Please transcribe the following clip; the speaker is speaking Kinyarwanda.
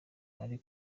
ari